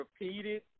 repeated